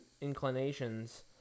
inclinations